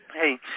Hey